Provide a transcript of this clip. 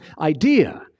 idea